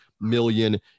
million